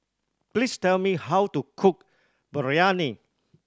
please tell me how to cook Biryani